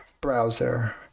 browser